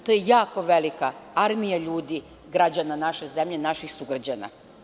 To je jako velika armija ljudi, građana naše zemlje, naših sugrađana.